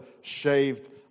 shaved